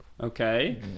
Okay